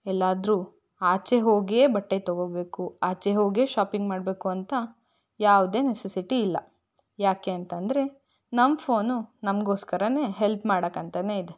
ಎಲ್ಲಾದರೂ ಆಚೆ ಹೋಗಿಯೇ ಬಟ್ಟೆ ತೊಗೋಬೇಕು ಆಚೆ ಹೋಗಿಯೇ ಶಾಪಿಂಗ್ ಮಾಡಬೇಕು ಅಂತ ಯಾವುದೇ ನೆಸೆಸಿಟಿ ಇಲ್ಲ ಯಾಕೆಂತಂದರೆ ನಮ್ಮ ಫೋನು ನಮಗೋಸ್ಕರನೇ ಹೆಲ್ಪ್ ಮಾಡಕ್ಕಂತನೇ ಇದೆ